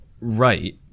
Right